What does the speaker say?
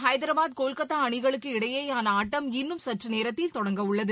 IP L Kolkata அணிகளுக்கு இடயேயான ஆட்டம் இள்னும் சற் று நேரத்தில் தொடங்கவள்ளது